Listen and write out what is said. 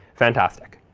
fantastic.